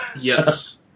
Yes